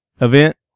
event